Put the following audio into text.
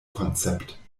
konzept